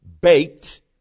baked